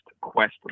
quest